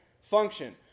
function